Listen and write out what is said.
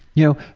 you know,